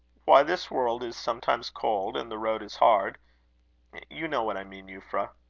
why, this world is sometimes cold, and the road is hard you know what i mean, euphra.